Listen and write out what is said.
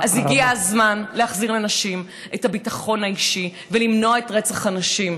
אז הגיע הזמן להחזיר לנשים את הביטחון האישי ולמנוע את רצח הנשים.